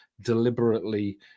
deliberately